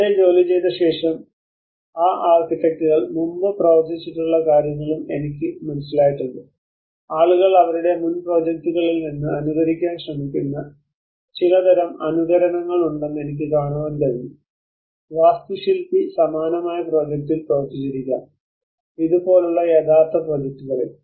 അവിടെ ജോലിചെയ്ത ശേഷം ആ ആർക്കിടെക്റ്റുകൾ മുമ്പ് പ്രവർത്തിച്ചിട്ടുള്ള കാര്യങ്ങളും എനിക്ക് മനസ്സിലായിട്ടുണ്ട് ആളുകൾ അവരുടെ മുൻ പ്രോജക്റ്റുകളിൽ നിന്ന് അനുകരിക്കാൻ ശ്രമിക്കുന്ന ചിലതരം അനുകരണങ്ങൾ ഉണ്ടെന്ന് എനിക്ക് കാണാൻ കഴിഞ്ഞു വാസ്തുശില്പി സമാനമായ പ്രോജക്റ്റിൽ പ്രവർത്തിച്ചിരിക്കാം ഇതുപോലുള്ള യഥാർത്ഥ പ്രോജക്ടുകളിൽ